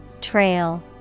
Trail